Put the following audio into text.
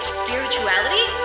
spirituality